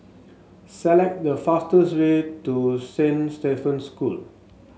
select the fastest way to Saint Stephen's School